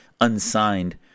unsigned